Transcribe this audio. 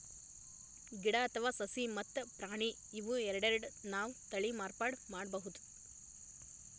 ಗಿಡ ಅಥವಾ ಸಸಿ ಮತ್ತ್ ಪ್ರಾಣಿ ಇವ್ ಎರಡೆರಡು ನಾವ್ ತಳಿ ಮಾರ್ಪಾಡ್ ಮಾಡಬಹುದ್